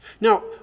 Now